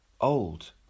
old